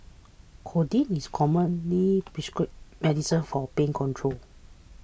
codeine is a commonly prescribed medication for pain control